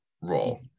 role